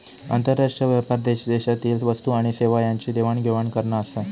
आंतरराष्ट्रीय व्यापार देशादेशातील वस्तू आणि सेवा यांची देवाण घेवाण करना आसा